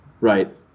right